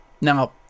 Now